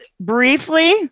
briefly